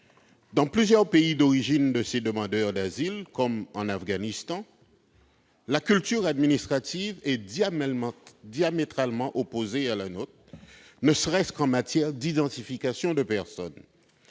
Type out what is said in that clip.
Dans plusieurs pays d'origine de ces demandeurs d'asile, comme en Afghanistan, la culture administrative est diamétralement opposée à la nôtre, ne serait-ce qu'en matière d'identification des personnes.